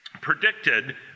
predicted